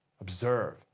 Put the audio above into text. observe